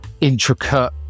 intricate